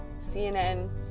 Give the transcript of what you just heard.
CNN